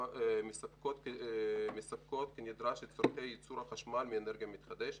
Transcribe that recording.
מספקות כנדרש את צורכי ייצור החשמל מאנרגיה מתחדשת.